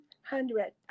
hundred